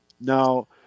Now